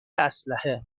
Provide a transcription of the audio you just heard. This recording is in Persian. اسلحه